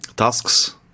Tasks